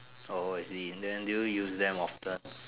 oh I see then do you use them often